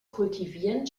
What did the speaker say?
kultivieren